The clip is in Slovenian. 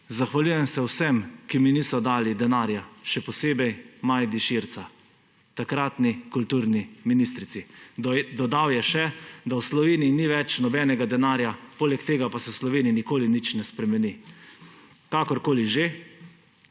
»Zahvaljujem se vsem, ki mi niso dali denarja, še posebej Majdi Širca, takratni kulturni ministrici.« Dodal je še, da v Sloveniji ni več nobenega denarja, poleg tega pa se v Sloveniji nikoli nič ne spremeni. Kakorkoli že,